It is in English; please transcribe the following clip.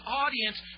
audience